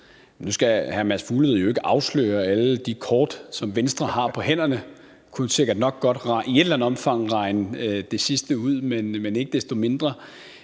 Nu skal hr. Mads Fuglede jo ikke afsløre alle de kort, som Venstre har på hånden. Jeg kunne sikkert nok godt i et eller andet omfang regne det sidste ud, men ikke desto mindre.